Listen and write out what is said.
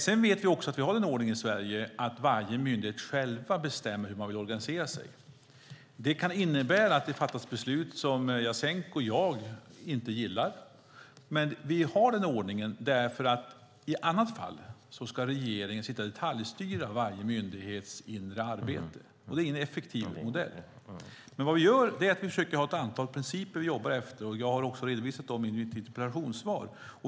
Vi vet också att vi har ordningen i Sverige att varje myndighet själv bestämmer hur man vill organisera sig. Det kan innebära att det fattas beslut som Jasenko Omanovic och jag inte gillar, men vi har den ordningen därför att i annat fall ska regeringen detaljstyra varje myndighets inre arbete. Det är en ineffektiv modell. Vi försöker jobba efter ett antal principer, och jag har redovisat dem i mitt interpellationssvar.